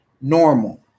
normal